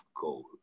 gold